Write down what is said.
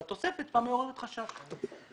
התוספת מעוררת חשש.